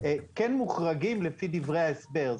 כן מוחרגים לפי דברי ההסבר.